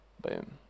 boom